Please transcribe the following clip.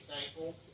thankful